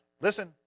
listen